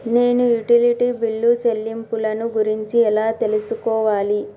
నేను utility bill చెల్లింపులను గురించి ఎలా తెలుసుకోవాలి?